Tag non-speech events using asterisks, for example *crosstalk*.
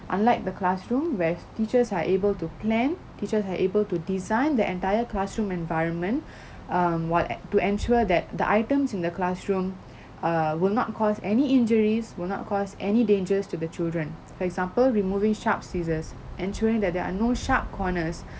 unlike the classroom where teachers are able to plan teachers are able to design the entire classroom environment *breath* um while e~ to ensure that the items in the classroom *breath* err will not cause any injuries will not cause any dangers to the children for example removing sharp scissors ensuring that there are no sharp corners